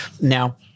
Now